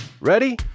Ready